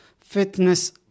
fitness